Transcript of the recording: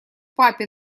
папе